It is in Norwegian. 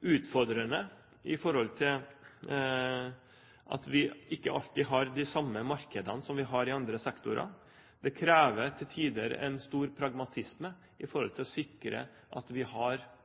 utfordrende, med tanke på at vi ikke alltid har de samme markedene som vi har i andre sektorer. Det krever til tider stor pragmatisme for å sikre at vi har